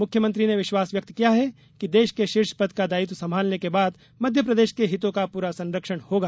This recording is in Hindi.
मुख्यमंत्री ने विश्वास व्यक्त किया है कि देश के शीर्ष पद का दायित्व संभालने के बाद मध्यप्रदेश के हिर्तो का पूरा संरक्षण होगा